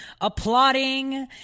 applauding